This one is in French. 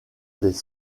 des